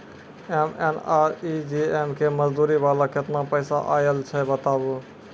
MNREGA के मज़दूरी वाला केतना पैसा आयल छै बताबू?